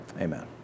amen